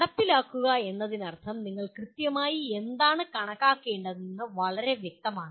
നടപ്പിലാക്കുക എന്നതിനർത്ഥം നിങ്ങൾ കൃത്യമായി എന്താണ് കണക്കാക്കേണ്ടതെന്ന് വളരെ വ്യക്തമാണ്